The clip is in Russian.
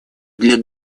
для